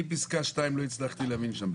אני פסקה 2 לא הצלחתי להבין שם.